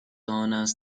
آنست